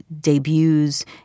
debuts